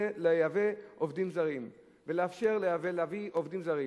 זה לייבא עובדים זרים ולאפשר להביא עובדים זרים,